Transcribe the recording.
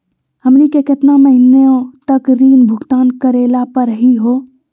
हमनी के केतना महीनों तक ऋण भुगतान करेला परही हो?